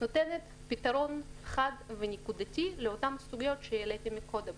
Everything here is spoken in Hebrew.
נותנת פתרון חד ונקודתי לאותן סוגיות שהעליתי קודם.